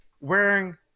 wearing